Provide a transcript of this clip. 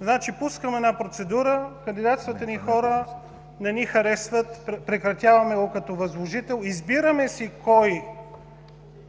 Значи пускаме една процедура, кандидатстват един хора, не ни харесват – прекратяваме я като възложител. Избираме си кой